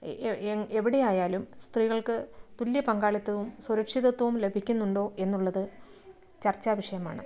എവിടെ ആയാലും സ്ത്രീകൾക്ക് തുല്യ പങ്കാളിത്തവും സുരക്ഷിതത്വവും ലഭിക്കുന്നുണ്ടോ എന്നുള്ളത് ചർച്ചാ വിഷയമാണ്